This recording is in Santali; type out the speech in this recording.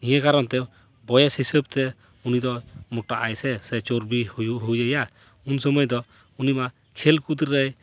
ᱱᱤᱭᱟᱹ ᱠᱟᱨᱚᱱ ᱛᱮ ᱵᱚᱭᱮᱥ ᱦᱤᱥᱟᱹᱵᱽ ᱛᱮ ᱩᱱᱤ ᱫᱚ ᱢᱚᱴᱟᱜ ᱟᱭ ᱥᱮ ᱪᱚᱨᱵᱤ ᱦᱩᱭᱩᱜ ᱦᱩᱭ ᱟᱭᱟ ᱩᱱ ᱥᱩᱢᱟᱹᱭ ᱫᱚ ᱩᱱᱤ ᱢᱟ ᱠᱷᱮᱞ ᱠᱩᱫᱽᱨᱮᱭ